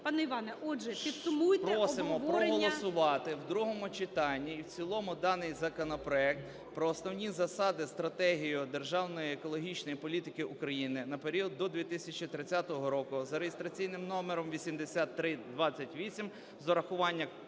Пане Іване, отже, підсумуйте обговорення… 16:25:11 РИБАК І.П. Просимо проголосувати в другому читанні і в цілому даний законопроект про Основні засади (стратегію) державної екологічної політики України на період до 2030 року за реєстраційним номером 8328 з урахуванням